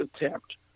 attempt